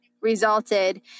resulted